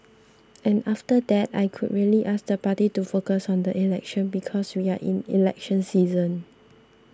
and after that I could really ask the party to focus on the election because we are in election season